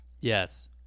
Yes